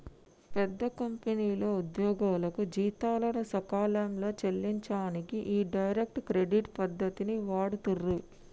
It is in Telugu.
పెద్ద కంపెనీలు ఉద్యోగులకు జీతాలను సకాలంలో చెల్లించనీకి ఈ డైరెక్ట్ క్రెడిట్ పద్ధతిని వాడుతుర్రు